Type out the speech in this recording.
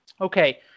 okay